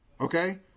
Okay